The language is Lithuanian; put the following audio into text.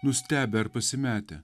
nustebę ar pasimetę